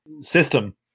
system